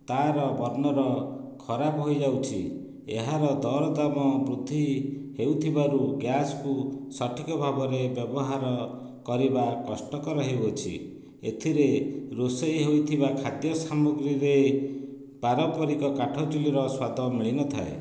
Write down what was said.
ତା'ର ବର୍ଣ୍ଣର୍ ଖରାପ ହୋଇଯାଉଛି ଏହାର ଦରଦାମ ବୃଦ୍ଧି ହେଉଥିବାରୁ ଗ୍ୟାସ୍କୁ ସଠିକ୍ ଭାବରେ ବ୍ୟବହାର କରିବା କଷ୍ଟକର ହେଉଅଛି ଏଥିରେ ରୋଷେଇ ହେଉଥିବା ଖାଦ୍ୟ ସାମଗ୍ରୀରେ ପାରମ୍ପରିକ କାଠଚୁଲିର ସ୍ୱାଦ ମିଳିନଥାଏ